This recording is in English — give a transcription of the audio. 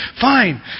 fine